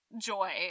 joy